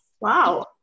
Wow